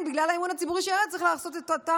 בגלל שהאמון הציבורי ירד צריך לעשות את אותן